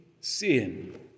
sin